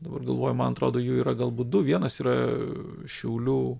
dabar galvoju man atrodo jų yra galbūt du vienas yra šiaulių